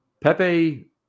Pepe